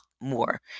more